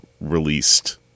released